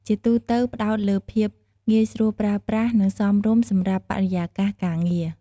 ជាទូទៅផ្តោតលើភាពងាយស្រួលប្រើប្រាស់ និងសមរម្យសម្រាប់បរិយាកាសការងារ។